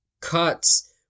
cuts